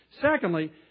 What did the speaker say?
Secondly